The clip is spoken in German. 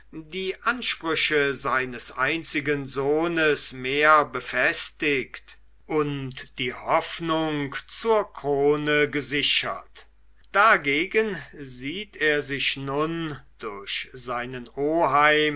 die ansprüche seines einzigen sohnes mehr befestigt und die hoffnung zur krone gesichert dagegen sieht er sich nun durch seinen oheim